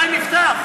די, נפתח.